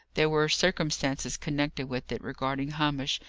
there were circumstances connected with it, regarding hamish,